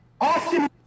Austin